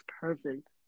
perfect